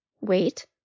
wait